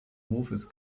hofes